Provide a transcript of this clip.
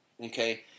Okay